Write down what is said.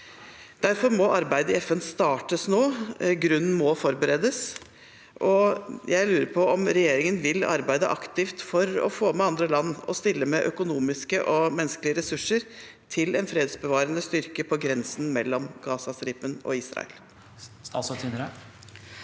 Derfor må arbeidet i FN startes nå. Grunnen må forberedes. Jeg lurer på om regjeringen vil arbeide aktivt for å få med andre land og stille med økonomiske og menneskelige ressurser til en fredsbevarende styrke på grensen mellom Gazastripen og Israel.